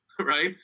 Right